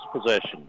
possession